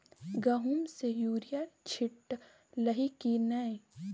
गहुम मे युरिया छीटलही की नै?